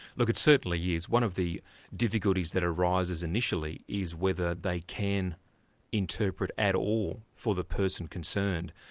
look, it certainly is. one of the difficulties that arises initially is whether they can interpret at all for the person concerned.